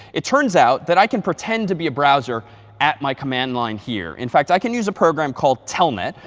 it turns out that i can pretend to be a browser at my command line here. in fact, i can use a program called telnet,